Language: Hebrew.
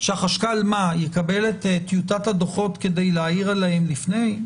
שהחשכ"ל יקבל את טיוטת הדוחות כדי להעיר עליהם לפני?